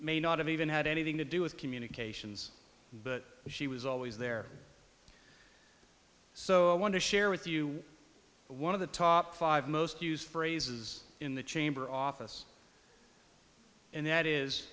may not have even had anything to do with communications but she was always there so i want to share with you one of the top five most used phrases in the chamber office and that is